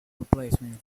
replacements